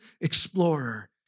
explorer